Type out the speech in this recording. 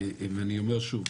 ואני אומר שוב,